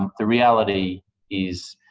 the reality is